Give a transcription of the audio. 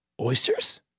Oysters